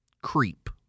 CREEP